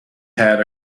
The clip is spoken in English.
had